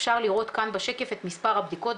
אפשר לראות כאן בשקף את מספר הבדיקות.